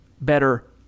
better